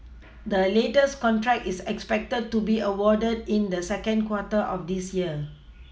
the latest contract is expected to be awarded in the second quarter of this year